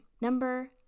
Number